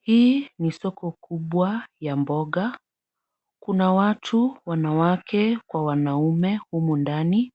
Hii ni soko kubwa ya mboga. Kuna watu wanawake kwa wanaume humu ndani.